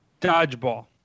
dodgeball